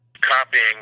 copying